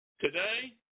today